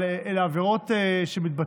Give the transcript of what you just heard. אלה עבירות שמתבצעות,